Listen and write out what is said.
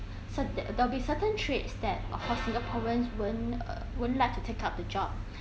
so they they'll be certain trades that of course singaporeans won't uh won't like to take up the job